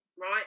right